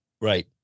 Right